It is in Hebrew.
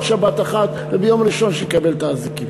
שבת אחת וביום ראשון יקבל את האזיקים.